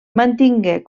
mantingué